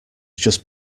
just